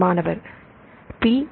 மாணவர் பி